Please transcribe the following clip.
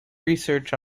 research